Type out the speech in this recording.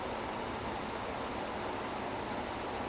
so he'll also freeze he lose the speed and stuff